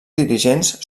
dirigents